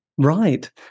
Right